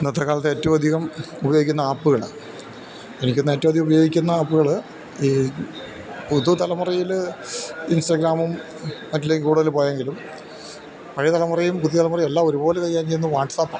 ഇന്നത്തെ കാലത്ത് ഏറ്റവും അധികം ഉപയോഗിക്കുന്ന ആപ്പുകള് എനിക്കുതോന്നുന്നത് ഏ റ്റവും അധികം ഉപയോഗിക്കുന്ന ആപ്പുകള് ഈ പുതു തലമുറയില് ഇൻസ്റ്റാഗ്രാമും മറ്റിലേക്കും കൂടുതല് പോയെങ്കിലും പഴയ തലമുറയും പുതിയ തലമുയും എല്ലാം ഒരുപോലെ കൈകാര്യം ചെയ്യുന്നത് വാട്സപ്പാണ്